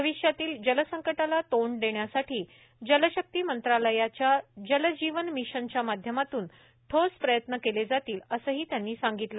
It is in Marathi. भविष्यातील जलसंकटाला तोंड देण्यासाठी जलशक्ती मंत्रालयाच्या जल जीवन मिशनच्या माध्यमातून ठोस प्रयत्न केले जातील असंही त्यांनी सांगितलं